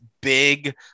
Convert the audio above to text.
big